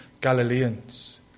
Galileans